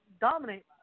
dominate